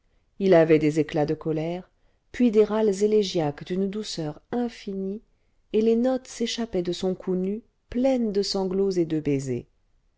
il avait des éclats de colère puis des râles élégiaques d'une douceur infinie et les notes s'échappaient de son cou nu pleines de sanglots et de baisers